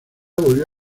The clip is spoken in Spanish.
volvió